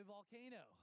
Volcano